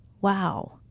wow